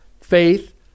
faith